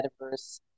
metaverse